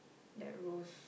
that rose